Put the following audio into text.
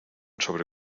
sobre